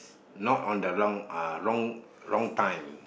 not on the wrong uh wrong wrong time